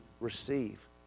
receive